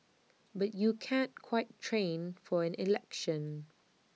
but you can't quite train for an election